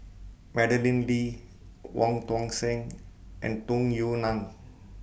Madeleine Lee Wong Tuang Seng and Tung Yue Nang